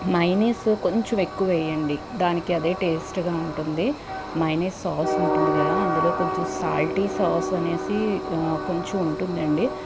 mayonnaise కొంచెం ఎక్కువ వేయండి దానికదే టేస్ట్గా ఉంటుంది మయనీస్ సాస్ ఉంటుంది కదా అందులో కొంచెం సాల్టీ సాస్ అనేసి కొంచెం ఉంటుందండి